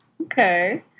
Okay